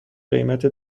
قیمت